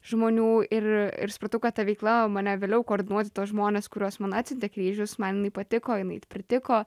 žmonių ir ir supratau kad ta veikla mane vėliau koordinuoti tuos žmones kuriuos man atsiuntė kryžius man jinai patiko jinai pritiko